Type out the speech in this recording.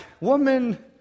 woman